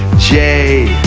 j,